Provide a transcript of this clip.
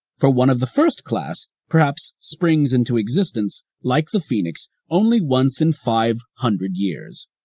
for one of the first class perhaps springs into existence, like the phoenix, only once in five hundred years.